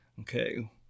Okay